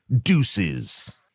deuces